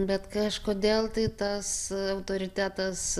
bet kažkodėl tai tas autoritetas